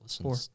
Four